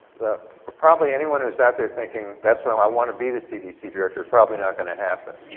that probably anyone who is out there thinking that's what. i want to be the cdc director. probably not going to happen.